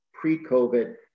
pre-COVID